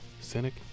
Cynic